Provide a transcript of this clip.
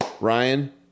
Ryan